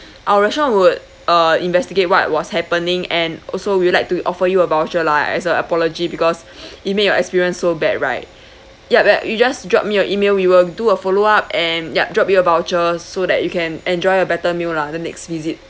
our restaurant would uh investigate what was happening and also we'd like to offer you a voucher lah as a apology because it make your experience so bad right yeah but you just drop me an email we will do a follow up and ya drop you a voucher so that you can enjoy a better meal lah the next visit